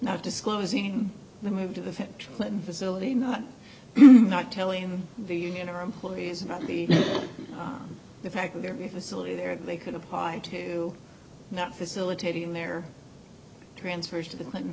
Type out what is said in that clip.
not disclosing the move to the treatment facility not not telling the union or employees about the fact that there be a facility there that they could apply to not facilitating their transfers to the clinton